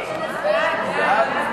הצבעה.